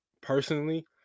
personally